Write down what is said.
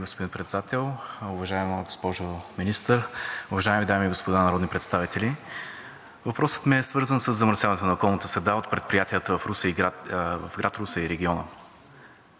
господин Председател. Уважаема госпожо Министър, уважаеми дами и господа народни представители! Въпросът ми е свързан със замърсяването на околната среда от предприятията в град Русе и региона.